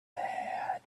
had